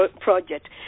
project